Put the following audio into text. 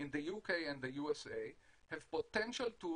the UK and in the USA have the potential to